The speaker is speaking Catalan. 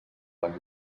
bon